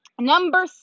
Number